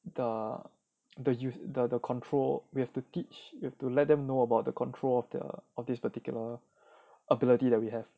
the the use the control we have to teach you have to let them know about the control of the of this particular ability that we have